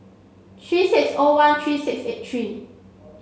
three six O one three six eight three